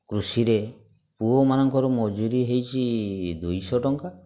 କୃଷିରେ ପୁଅମାନଙ୍କର ମଜୁରି ହେଇଛି ଦୁଇଶହ ଟଙ୍କା